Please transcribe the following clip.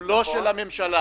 הוא לא של הממשלה.